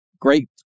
Great